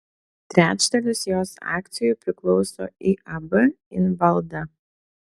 trečdalis jos akcijų priklauso iab invalda